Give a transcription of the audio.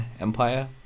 Empire